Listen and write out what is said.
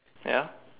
ya